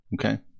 okay